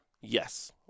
Yes